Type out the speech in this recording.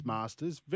Masters